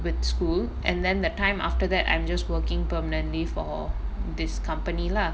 with school and then that time after that I'm just working permanently for this company lah